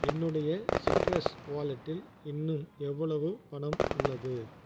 என்னுடைய சிட்ரஸ் வாலெட்டில் இன்னும் எவ்வளவு பணம் உள்ளது